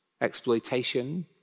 exploitation